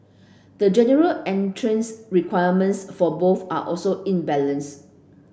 the general entrance requirements for both are also imbalanced